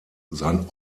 sein